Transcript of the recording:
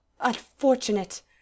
unfortunate